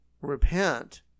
repent